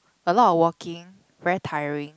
a lot of walking very tiring